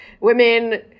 women